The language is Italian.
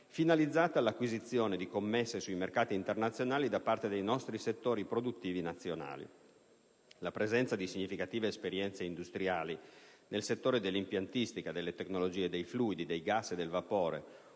fine di acquisire commesse sui mercati internazionali da parte dei nostri settori produttivi nazionali. La presenza di significative esperienze industriali nel settore dell'impiantistica, delle tecnologie dei fluidi, dei gas e del vapore,